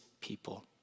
people